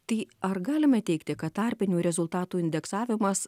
tai ar galima teigti kad tarpinių rezultatų indeksavimas